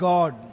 God